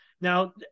Now